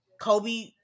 kobe